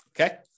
Okay